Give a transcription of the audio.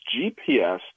GPS